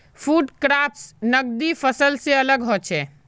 food crops नगदी फसल से अलग होचे